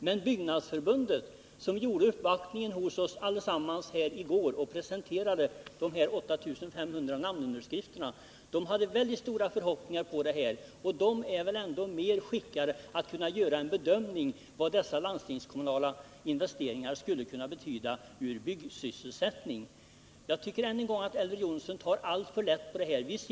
Men Byggnadsarbetareförbundet, som i går gjorde uppvaktningen hos oss allesammans och presenterade de 8 500 namnunderskrifterna, hade väldigt stora förhoppningar, och där är man väl ändå bättre skickad att göra en riktig bedömning av vad dessa landstingskommunala investeringar skulle betyda för byggsysselsättningen. Jag tycker att Elver Jonsson — jag säger det än en gång — tar alltför lätt på den här frågan.